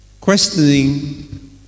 questioning